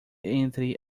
entre